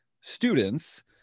students